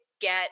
get